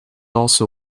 also